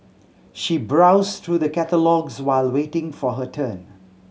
she browsed through the catalogues while waiting for her turn